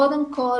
קודם כל,